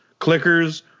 clickers